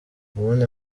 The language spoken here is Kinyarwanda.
ubundi